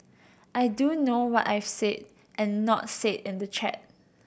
I do know what I've said and not said in the chat